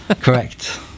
correct